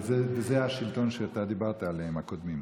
וזה השלטון שאתה דיברת עליו, הקודמים.